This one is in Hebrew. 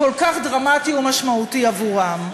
כל כך דרמטי ומשמעותי עבורם.